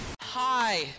hi